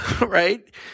right